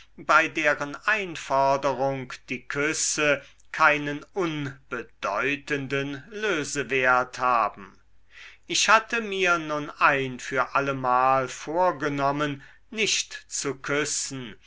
bei deren einforderung die küsse keinen unbedeutenden lösewert haben ich hatte mir nun ein für allemal vorgenommen nicht zu küssen